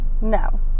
No